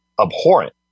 abhorrent